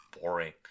boring